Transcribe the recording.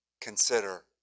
consider